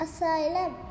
Asylum